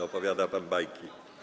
Opowiada pan bajki.